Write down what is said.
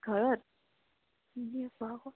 ঘৰত